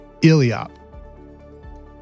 Iliop